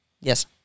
Yes